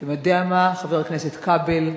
אתה יודע מה, חבר הכנסת כבל?